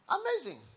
Amazing